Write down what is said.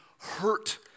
hurt